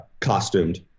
costumed